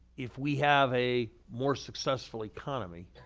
if we have a more successful economy,